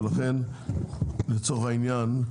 ולכן לצורך העניין,